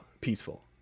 peaceful